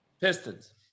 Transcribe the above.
Pistons